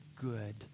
good